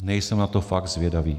Nejsem na to fakt zvědavý.